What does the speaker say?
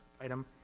item